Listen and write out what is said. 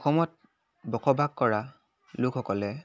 অসমত বসবাস কৰা লোকসকলে